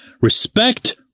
respect